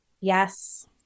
Yes